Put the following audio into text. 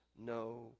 no